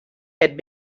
had